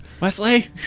Wesley